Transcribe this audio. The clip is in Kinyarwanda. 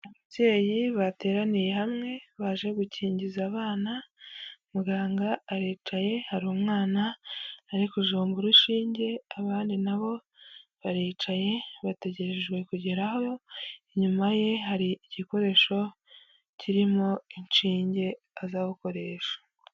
Ababyeyi bateraniye hamwe baje gukingiza abana, muganga aricaye hari umwana ari kujombara urushinge, abandi nabo baricaye bategereje kugerwaho inyuma ye hari igikoresho kirimo inshinge aza gukoresha.